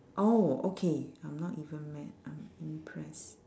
oh okay I'm not even mad I'm impressed